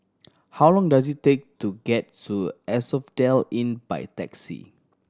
how long does it take to get to Asphodel Inn by taxi